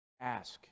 Ask